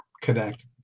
connect